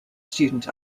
student